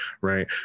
right